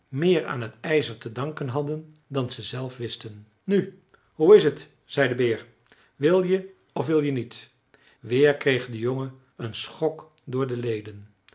meer aan het ijzer te danken hadden dan ze zelf wisten nu hoe is het zei de beer wil je of wil je niet weer kreeg de jongen een schok door de leden